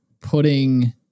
putting